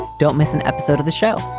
don't miss an episode of the show.